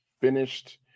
finished